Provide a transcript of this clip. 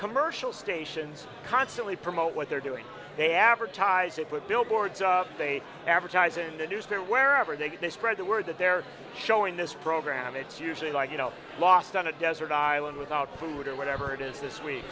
commercial stations constantly promote what they're doing they advertise it with billboards they advertise in the news they're wherever they can spread the word that they're showing this program it's usually like you know lost on a desert island without food or whatever it is this week